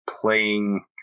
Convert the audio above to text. playing